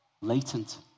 latent